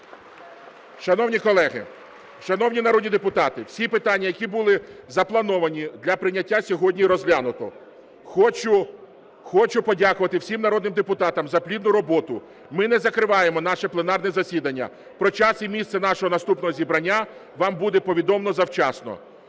Шановні колеги, шановні народні депутати, всі питання, які були заплановані для прийняття, сьогодні розглянуто. Хочу подякувати всім народним депутатам за плідну роботу. Ми не закриваємо наше пленарне засідання. Про час і місце нашого наступного зібрання вам буде повідомлено завчасно.